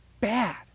bad